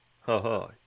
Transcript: Haha